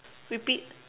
repeat